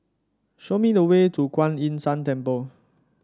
show me the way to Kuan Yin San Temple